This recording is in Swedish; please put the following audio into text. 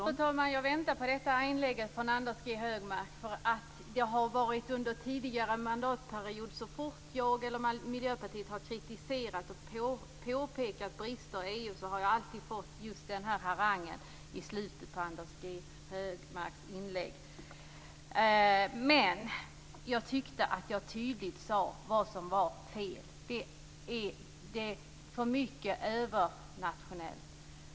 Fru talman! Jag väntade på det här inlägget från Anders G Högmark. Så fort jag eller Miljöpartiet har kritiserat och påpekat brister i EU under den tidigare mandatperioden har alltid just den här harangen kommit i slutet på Anders G Högmarks inlägg. Jag tyckte att jag tydligt sade vad som var fel. Det är för mycket som är övernationellt.